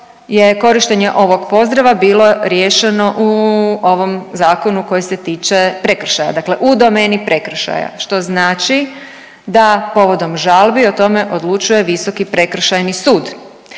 korištenje ovog pozdrava bilo riješeno u ovom zakonu koji se tiče prekršaja, dakle u domeni prekršaja, što znači da povodom žalbi o tome odlučuje Visoki prekršajni sud.